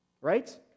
Right